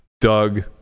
Doug